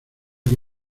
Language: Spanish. que